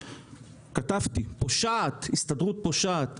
כתבתי: פושעת, הסתדרות פושעת.